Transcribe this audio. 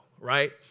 right